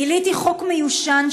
גיליתי חוק מיושן,